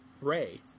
Ray